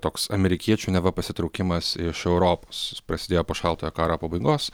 toks amerikiečių neva pasitraukimas iš europos jis prasidėjo po šaltojo karo pabaigos